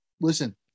listen